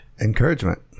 Encouragement